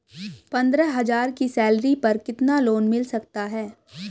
पंद्रह हज़ार की सैलरी पर कितना लोन मिल सकता है?